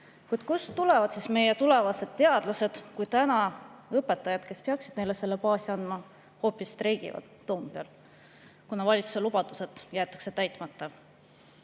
kust tulevad siis meie tulevased teadlased, kui täna õpetajad, kes peaksid selle baasi andma, hoopis streigivad Toompeal, kuna valitsuse lubadused jäetakse täitmata? Oleme